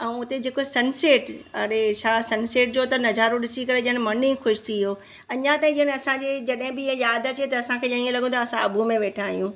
ऐं उते जेको सनसेट अरे छा सनसेट जो त नज़ारो ॾिसी करे ॼण मन ई ख़ुशि थी वियो अञा ताईं ॼण असांजी जॾहिं बि इहा यादि अचे त असांखे हीअं लॻो कि असां आबूअ में वेठा आहियूं